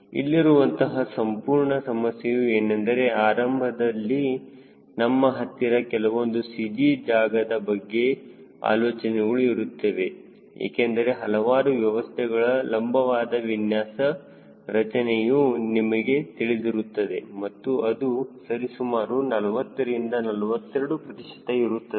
ಇಲ್ಲಿರುವಂತಹ ಸಂಪೂರ್ಣ ಸಮಸ್ಯೆಯು ಏನೆಂದರೆ ಆರಂಭದಲ್ಲಿ ನಿಮ್ಮ ಹತ್ತಿರ ಕೆಲವೊಂದು CG ಜಾಗದ ಬಗ್ಗೆ ಆಲೋಚನೆಗಳು ಇರುತ್ತವೆ ಏಕೆಂದರೆ ಹಲವಾರು ವ್ಯವಸ್ಥೆಗಳ ಲಂಬವಾದ ವಿನ್ಯಾಸ ರಚನೆಯು ನಿಮಗೆ ತಿಳಿದಿರುತ್ತದೆ ಮತ್ತು ಅದು ಸರಿಸುಮಾರು 40 ರಿಂದ 42 ಪ್ರತಿಶತ ಇರುತ್ತದೆ